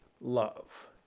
love